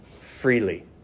freely